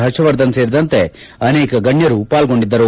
ಹರ್ಷವರ್ಧನ್ ಸೇರಿದಂತೆ ಅನೇಕ ಗಣ್ಯರು ಪಾಲ್ಗೊಂಡಿದ್ದರು